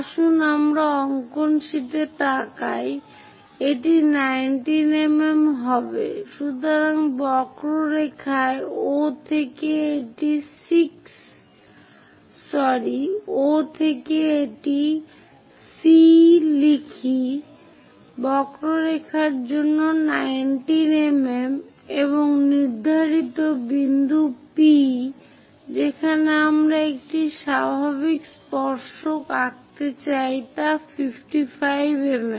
আসুন আমরা অঙ্কন শীটে তাকাই এটি 19 mm হবে সুতরাং বক্ররেখায় O থেকে এটি C লিখি বক্ররেখার জন্য 19 mm এবং নির্ধারিত বিন্দু P যেখানে আমরা একটি স্বাভাবিক স্পর্শক আঁকতে চাই তা 55 mm